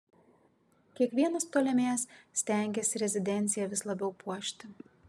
kiekvienas ptolemėjas stengėsi rezidenciją vis labiau puošti